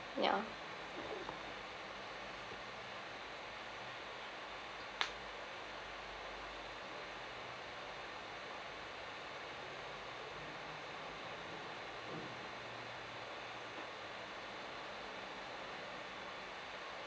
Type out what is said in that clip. yeah